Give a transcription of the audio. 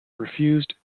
refused